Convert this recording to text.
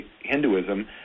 Hinduism